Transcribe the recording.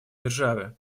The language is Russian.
державы